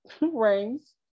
rings